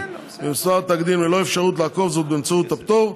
במספר התאגידים ללא אפשרות לעקוף זאת באמצעות הפטור,